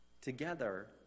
together